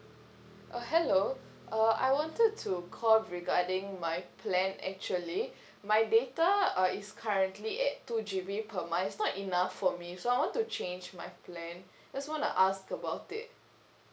uh hello uh I wanted to call regarding my plan actually my data uh is currently at two G_B per month it's not enough for me so I want to change my plan just wanna ask about it